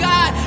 God